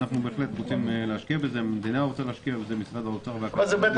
אנחנו על זה ומחפשים, זה משאב מוגבל.